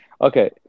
Okay